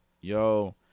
yo